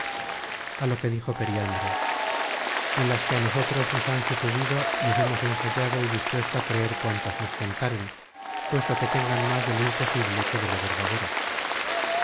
a lo que dijo periandro en las que á nosotros nos han sucedido nos hemos ensayado y dispuesto a creer cuantas nos contaren puesto que tengan más de lo imposible que de lo verdadero